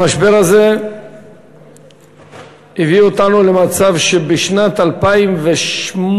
המשבר הזה הביא אותנו למצב שבסוף שנת 2008,